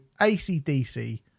ACDC